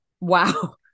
Wow